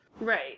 right